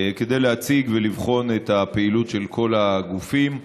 כדי להציג ולבחון את הפעילות של כל הגופים,